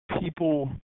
people